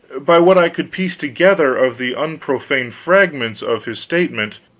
by what i could piece together of the unprofane fragments of his statement,